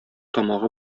тамагы